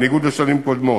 בניגוד לשנים קודמות.